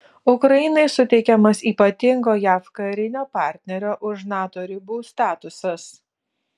ukrainai suteikiamas ypatingo jav karinio partnerio už nato ribų statusas